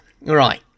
Right